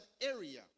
area